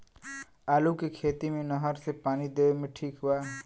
आलू के खेती मे नहर से पानी देवे मे ठीक बा?